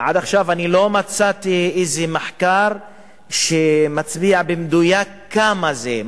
עד עכשיו אני לא מצאתי איזה מחקר שמצביע במדויק כמה זה,